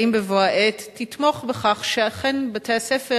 האם בבוא העת תתמוך בכך שאכן בתי-הספר